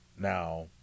now